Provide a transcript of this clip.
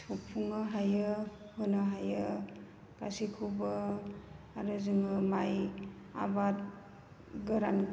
सुफुंनो हायो होनो हायो गासैखौबो आरो जोङो माइ आबाद गोरान